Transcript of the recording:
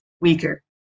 weaker